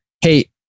hey